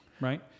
right